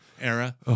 era